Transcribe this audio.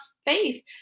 faith